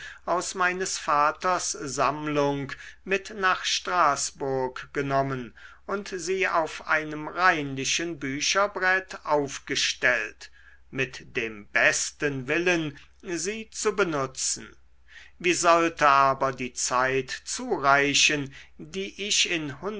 aus meines vaters sammlung mit nach straßburg genommen und sie auf einem reinlichen bücherbrett aufgestellt mit dem besten willen sie zu benutzen wie sollte aber die zeit zureichen die ich